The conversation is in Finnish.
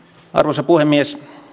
arvoisa puhemies